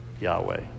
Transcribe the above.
Yahweh